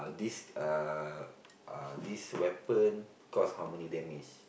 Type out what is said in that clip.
this uh uh this weapon cause how many damage